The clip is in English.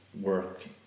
work